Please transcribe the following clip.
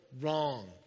wrong